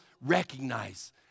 recognize